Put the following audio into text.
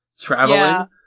traveling